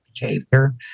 behavior